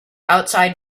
outside